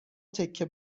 تکه